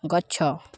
ଗଛ